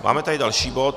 Máme tady další bod.